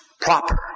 proper